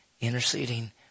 interceding